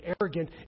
arrogant